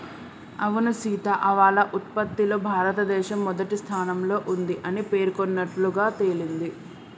అవును సీత ఆవాల ఉత్పత్తిలో భారతదేశం మొదటి స్థానంలో ఉంది అని పేర్కొన్నట్లుగా తెలింది